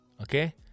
okay